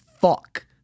fuck